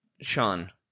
Sean